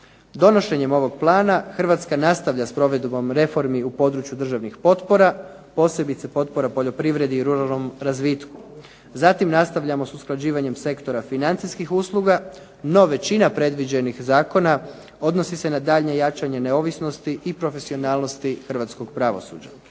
Donošenjem ovog plana Hrvatska nastavlja s provedbom reformi u području državnih potpora, posebice potpora poljoprivredi i ruralnom razvitku. Zatim, nastavljamo s usklađivanjem sektora financijskih usluga. No, većina predviđenih zakona odnosi se na daljnje jačanje neovisnosti i profesionalnosti hrvatskog pravosuđa.